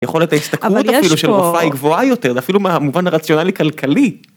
יכולת ההשתכרות של רופאה היא גבוהה יותר, אפילו מהמובן הרציונלי כלכלי.